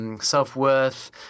self-worth